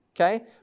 Okay